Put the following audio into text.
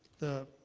the